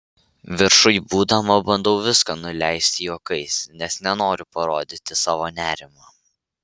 viršuj būdama bandau viską nuleisti juokais nes nenoriu parodyti savo nerimo